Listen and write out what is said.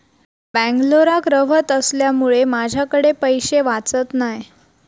बेंगलोराक रव्हत असल्यामुळें माझ्याकडे पैशे वाचत नाय